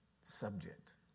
subject